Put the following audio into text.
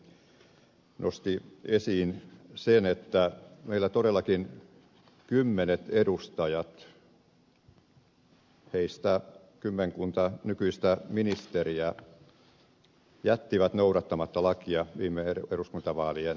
filatovkin nosti esiin se että meillä todellakin kymmenet edustajat heistä kymmenkunta nykyistä ministeriä jättivät noudattamatta lakia viime eduskuntavaalien jälkeen